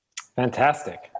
Fantastic